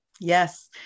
Yes